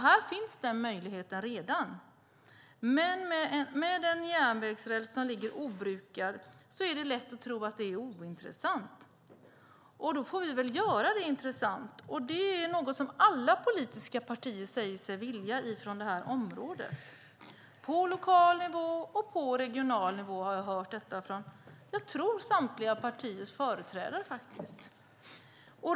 Här finns den möjligheten redan, men med en järnvägsräls som ligger obrukad är det lätt att tro att det är ointressant. Då får vi väl göra det intressant. Det är något som alla politiska partier i det aktuella området säger sig vilja göra. På lokal nivå och på regional nivå har jag hört detta från, tror jag, samtliga partiers företrädare.